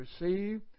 receive